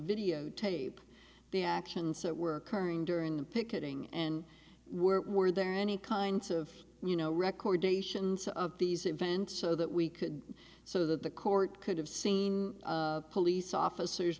videotape the actions that were occurring during the picketing and were there any kind of you know wreck or day sions of these events so that we could so that the court could have seen police officers